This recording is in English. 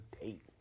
date